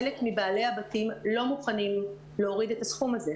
חלק מבעלי הבתים לא מוכנים להוריד את הסכום הזה.